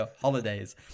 holidays